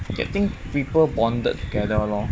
getting people bonded together lor